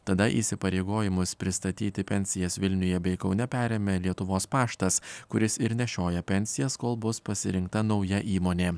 tada įsipareigojimus pristatyti pensijas vilniuje bei kaune perėmė lietuvos paštas kuris ir nešioja pensijas kol bus pasirinkta nauja įmonė